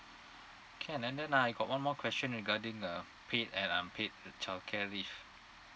can and then uh I got one more question regarding uh paid and unpaid childcare leave